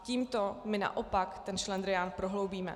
Tímto my naopak ten šlendrián prohloubíme.